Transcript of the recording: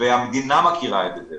והמדינה מכירה את זה.